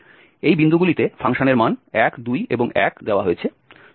এই বিন্দুগুলিতে ফাংশনের মান 1 2 এবং 1 দেওয়া হয়েছে